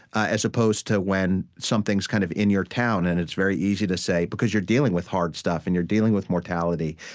as opposed to when something's kind of in your town, and it's very easy to say because you're dealing with hard stuff, and you're dealing with mortality,